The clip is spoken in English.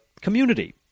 Community